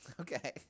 okay